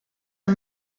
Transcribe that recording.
are